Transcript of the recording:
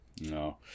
No